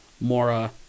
Mora